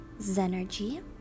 Zenergy